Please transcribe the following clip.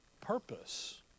purpose